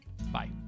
Bye